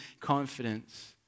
confidence